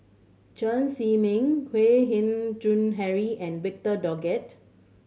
Chen Zhiming Kwek Hian Chuan Henry and Victor Doggett